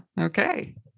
Okay